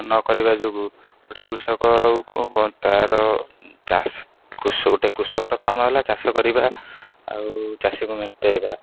ନ କରିବା ଯୋଗୁଁ ଗୋଟେ କୃଷକକୁ ତାର ଚାଷ ଗୋଟେ କୃଷକର କାମ ହେଲା ଚାଷ କରିବା ଆଉ ଚାଷୀକୁ ମେଣ୍ଟେଇବା